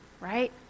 right